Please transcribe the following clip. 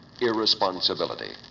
irresponsibility